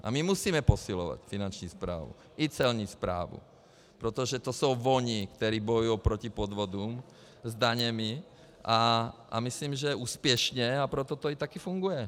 A my musíme posilovat Finanční správu i Celní správu, protože to jsou oni, kteří bojují proti podvodům s daněmi, a myslím, že úspěšně, a proto to taky funguje.